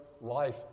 life